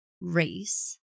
race